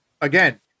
again